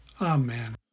Amen